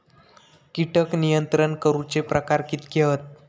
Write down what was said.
कीटक नियंत्रण करूचे प्रकार कितके हत?